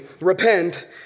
Repent